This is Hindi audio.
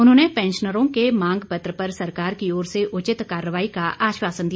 उन्होंने पैंशनरों को मांग पत्र पर सरकार की ओर से उचित कार्रवाई का आश्वासन दिया